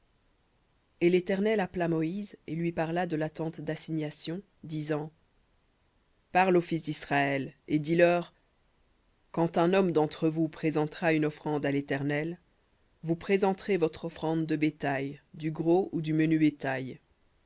et l'éternel appela moïse et lui parla de la tente d'assignation disant parle aux fils d'israël et dis-leur quand un homme d'entre vous présentera une offrande à l'éternel vous présenterez votre offrande de bétail du gros ou du menu bétail